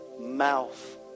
mouth